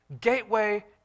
Gateway